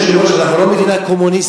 אדוני היושב-ראש, אנחנו לא מדינה קומוניסטית.